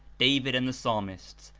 david and the psalmists,